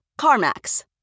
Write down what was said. CarMax